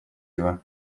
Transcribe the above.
его